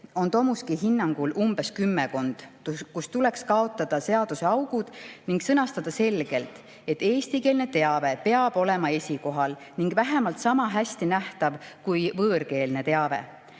on Tomuski hinnangul kümmekond. Tuleks kaotada need seaduseaugud ning sõnastada selgelt, et eestikeelne teave peab olema esikohal ning vähemalt niisama hästi nähtav kui võõrkeelne teave.